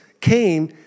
came